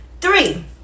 Three